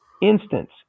instance